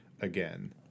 again